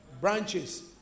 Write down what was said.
branches